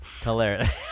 hilarious